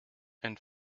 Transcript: and